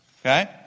okay